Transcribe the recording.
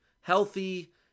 healthy